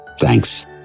Thanks